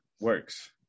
works